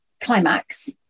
climax